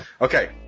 Okay